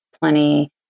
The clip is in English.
plenty